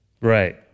Right